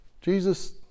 Jesus